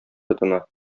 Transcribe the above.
тотына